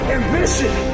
ambition